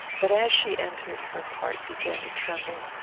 but as she entered her heart began to tremble,